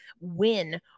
win